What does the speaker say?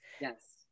Yes